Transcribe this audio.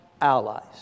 allies